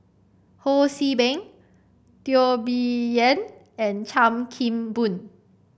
Ho See Beng Teo Bee Yen and Chan Kim Boon